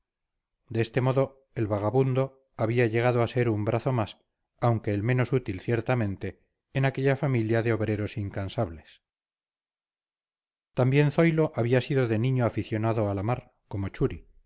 de este modo el vagabundo había llegado a ser un brazo más aunque el menos útil ciertamente en aquella familia de obreros incansables también zoilo había sido de niño aficionado a la mar como churi